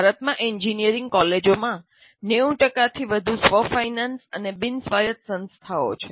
ભારતમાં એન્જિનિયરિંગ કોલેજોમાં 90 થી વધુ સ્વ ફાઇનાન્સિંગ અને બિન સ્વાયતસંસ્થાઓ છે